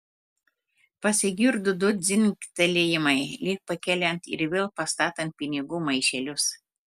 pasigirdo du dzingtelėjimai lyg pakeliant ir vėl pastatant pinigų maišelius